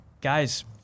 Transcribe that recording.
guys